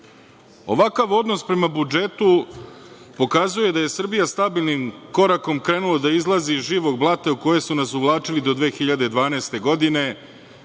Ovakav odnos prema budžetu pokazuje da je Srbija stabilnim korakom krenula da izlazi iz živog blata u koje su nas uvlačili do 2012. godine